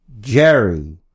Jerry